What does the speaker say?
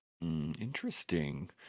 Interesting